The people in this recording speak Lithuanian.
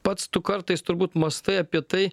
pats tu kartais turbūt mąstai apie tai